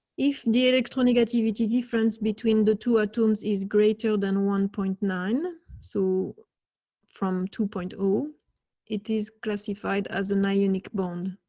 if the electronic activity difference between the two ah terms is greater than one point nine so from two point zero ah it is classified as an ionic bond.